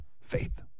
Faith